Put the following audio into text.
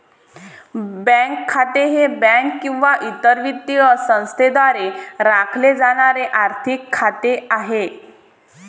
bank खाते हे bank किंवा इतर वित्तीय संस्थेद्वारे राखले जाणारे आर्थिक खाते आहे